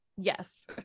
Yes